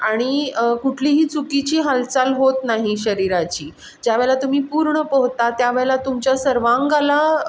आणि कुठलीही चुकीची हालचाल होत नाही शरीराची ज्यावेळेला तुम्ही पूर्ण पोहता त्यावेळेला तुमच्या सर्वांगाला